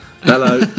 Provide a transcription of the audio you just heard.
Hello